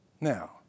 Now